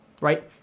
right